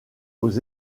aux